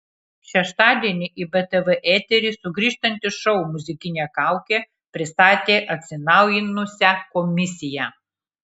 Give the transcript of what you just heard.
šeštadienį į btv eterį sugrįžtantis šou muzikinė kaukė pristatė atsinaujinusią komisiją